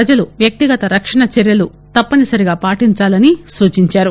ప్రజలు వ్యక్తిగత రక్షణ చర్యలు తప్పనిసరిగా పాటించాలని సూచిందారు